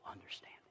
understanding